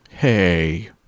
Hey